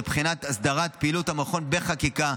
להסדרת פעילות המכון בחקיקה,